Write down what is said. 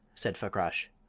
said fakrash,